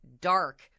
dark